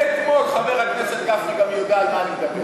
מאתמול חבר הכנסת גפני גם יודע על מה אני מדבר.